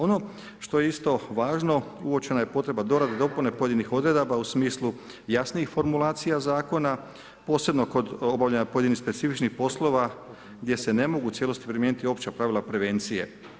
Ono što je isto važno, uočena je potreba dorade i dopune pojedinih odredaba u smislu jasnijih formulacija zakona posebno kod obavljanja pojedinih specifičnih poslova gdje se ne mogu u cijelosti primijeniti opća pravila prevencije.